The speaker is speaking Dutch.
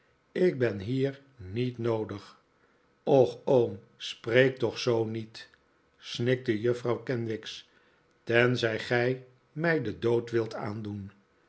ik ben hier niet noodig och oom spreek toch zoo niet snikte juffrouw kenwigs tenzij gij mij den dood wilt aandoen